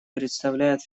представляет